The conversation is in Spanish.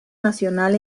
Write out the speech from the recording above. nacional